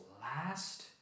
last